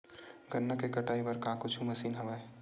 गन्ना के कटाई बर का कुछु मशीन हवय?